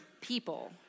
people